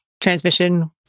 transmission